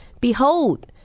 behold